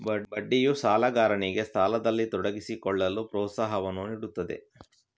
ಬಡ್ಡಿಯು ಸಾಲಗಾರನಿಗೆ ಸಾಲದಲ್ಲಿ ತೊಡಗಿಸಿಕೊಳ್ಳಲು ಪ್ರೋತ್ಸಾಹವನ್ನು ನೀಡುತ್ತದೆ